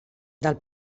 del